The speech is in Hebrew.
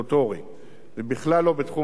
זה בכלל לא בתחום המשרד שלנו.